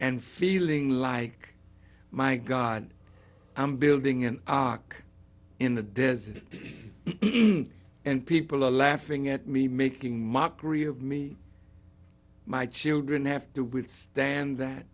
and feeling like my god i'm building an ark in the desert and people are laughing at me making mockery of me my children have to withstand that